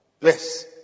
Yes